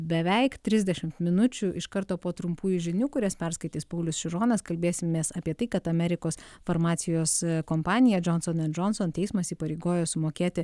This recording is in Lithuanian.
beveik trisdešimt minučių iš karto po trumpųjų žinių kurias perskaitys paulius šironas kalbėsimės apie tai kad amerikos farmacijos kompanija johnson and johnson teismas įpareigojo sumokėti